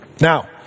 Now